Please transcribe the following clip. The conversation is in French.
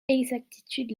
exactitude